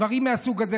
דברים מהסוג הזה,